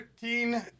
Thirteen